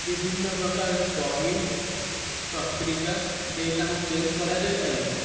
ବିଭିନ୍ନ ପ୍ରକାର ବହିପତ୍ରିକା ଦେଇ ତାଙ୍କୁ ଚେଞ୍ଜ କରାଯାଇପାରିବ